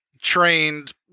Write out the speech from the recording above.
trained